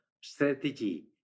strategy